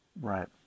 right